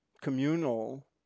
communal